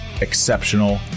exceptional